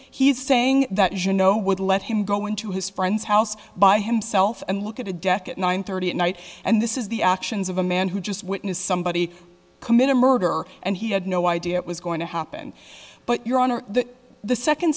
he's saying that you know would let him go into his friend's house by himself and look at a desk at nine thirty at night and this is the actions of a man who just witnessed somebody commit a murder and he had no idea it was going to happen but your honor the second